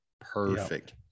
Perfect